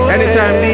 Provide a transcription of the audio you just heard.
Anytime